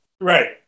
Right